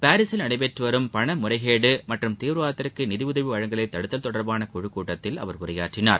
பாரீசில் நடைபெற்று வரும் பண முறைகேடு மற்றும் தீவிரவாதத்திற்கு நிதி உதவி வழங்குதலை தடுத்தல் தொடர்பான குழுக் கூட்டத்தில் அவர் உரையாற்றினார்